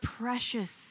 precious